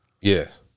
Yes